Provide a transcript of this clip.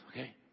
Okay